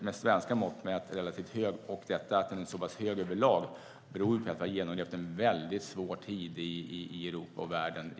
Med svenska mått mätt ligger vi dock relativt högt. Att arbetslösheten över lag är så pass hög beror på att vi i ekonomiskt hänseende genomlevt en mycket svår tid i Europa och världen.